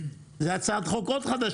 זו עוד הצעת חוק חדשה,